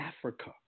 Africa